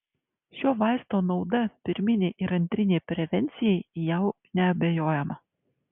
šio vaisto nauda pirminei ir antrinei prevencijai jau neabejojama